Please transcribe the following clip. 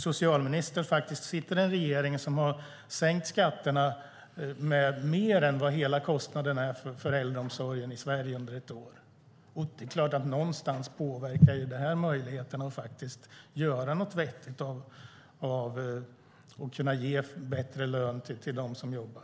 Socialministern sitter i en regering som har sänkt skatterna med mer än vad hela kostnaden är för äldreomsorgen i Sverige under ett år. Det är klart att detta någonstans påverkar möjligheterna att göra någonting vettigt och kunna ge bättre lön till dem som jobbar.